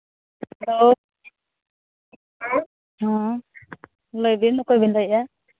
hello ᱦᱮᱸ ᱦᱮᱸ ᱞᱟᱹᱭᱵᱤᱱ ᱚᱠᱚᱭ ᱵᱤᱱ ᱞᱟᱹᱭᱮᱫᱼᱟ